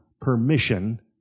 permission